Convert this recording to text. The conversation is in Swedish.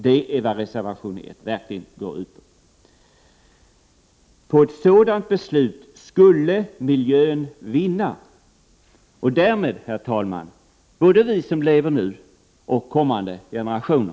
Det är vad reservation 1 verkligen går ut på. På ett sådant beslut skulle miljön vinna, och därmed, herr talman, både vi som lever nu och kommande generationer.